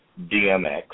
DMX